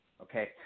Okay